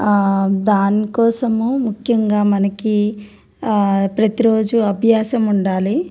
దానికోసము ముఖ్యంగా మనకి ప్రతిరోజు అభ్యాసం ఉండాలి